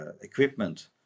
equipment